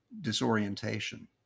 disorientation